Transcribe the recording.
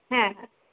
হ্যাঁ হ্যাঁ